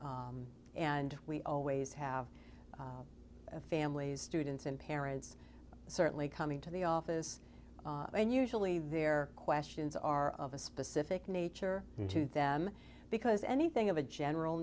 and we always have families students and parents certainly coming to the office and usually their questions are of a specific nature into them because anything of a general